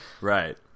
Right